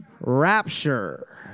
Rapture